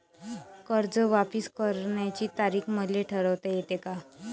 कर्ज वापिस करण्याची तारीख मले ठरवता येते का?